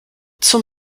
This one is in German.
zum